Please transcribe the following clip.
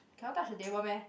cannot touch the table meh